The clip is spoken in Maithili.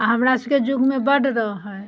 आओर हमरासबके जुगमे बड़ रहै